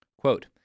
Quote